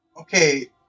Okay